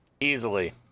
Easily